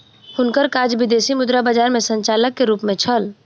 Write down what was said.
हुनकर काज विदेशी मुद्रा बजार में संचालक के रूप में छल